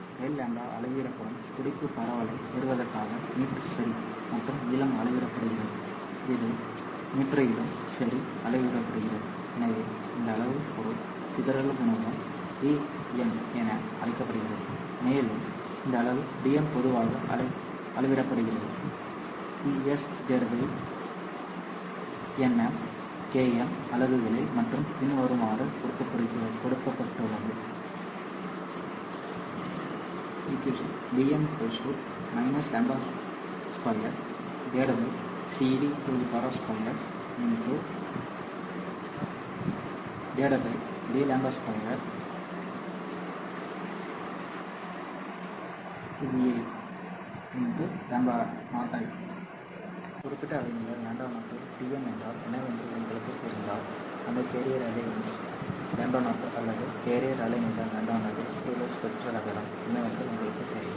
நேரம் மற்றும் ∆ λ அளவிடப்படும் துடிப்பு பரவலைப் பெறுவதற்காக மீட்டர் சரி மற்றும் நீளம் அளவிடப்படுகிறது இது மீட்டரிலும் சரி அளவிடப்படுகிறது எனவே இந்த அளவு பொருள் சிதறல் குணகம் Dm என அழைக்கப்படுகிறது மேலும் இந்த அளவு Dm பொதுவாக அளவிடப்படுகிறது ps nm km அலகுகளில் மற்றும் பின்வருமாறு கொடுக்கப்பட்டுள்ளது Dm λ2c d2 ndλ2 Viλ 0 i ஒரு குறிப்பிட்ட அலைநீளம் λ 0 இல் Dm என்றால் என்னவென்று உங்களுக்குத் தெரிந்தால் அந்த கேரியர் அதிர்வெண் λ0 அல்லது கேரியர் அலைநீளம் λ0 ஐச் சுற்றியுள்ள ஸ்பெக்ட்ரல் அகலம் என்னவென்று உங்களுக்குத் தெரியும்